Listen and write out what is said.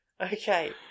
Okay